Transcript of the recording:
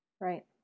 Right